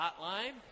Hotline